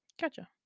Gotcha